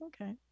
Okay